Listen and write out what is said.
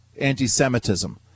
anti-Semitism